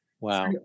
Wow